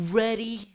ready